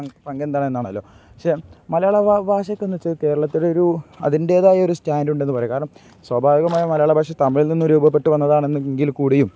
പങ്ക് എന്തണ് എന്നാണല്ലോ പക്ഷെ മലയാള ഭാഷയ്ക്കെന്ന് വച്ചാൽ കേരളത്തിൽ ഒരു അതിൻ്റേതായ ഒരു സ്റ്റൻഡ് ഉണ്ടെന്നു പറയാൻ കാരണം സ്വാഭാവികമായ മലയാള ഭാഷ തമിഴിൽ നിന്നും രൂപപ്പെട്ടു വന്നതാണെന്നെങ്കിൽ കൂടിയും